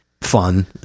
fun